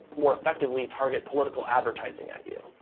more effectively target political advertising at you.